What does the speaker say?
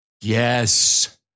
Yes